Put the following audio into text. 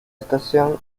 estación